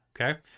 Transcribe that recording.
Okay